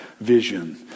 vision